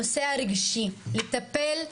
לגבי הנושא הרגשי לטפל.